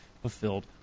fulfilled